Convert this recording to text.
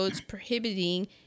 prohibiting